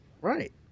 Right